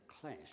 clash